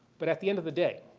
but at the end of the day,